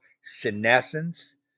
senescence